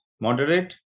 moderate